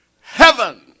heaven